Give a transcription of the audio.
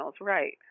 right